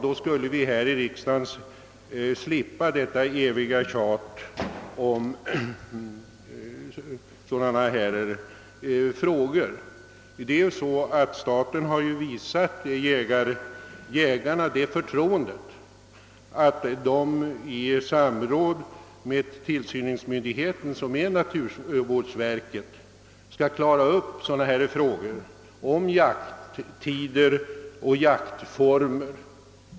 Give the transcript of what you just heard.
Då skulle vi här i riksdagen slippa detta eviga tjat om sådana här frågor. Staten har ju visat jägarna det förtroendet att de i samråd med tillsynsmyndigheten, som är naturvårdsverket, skall få klara upp frågor om jakttider och jaktformer.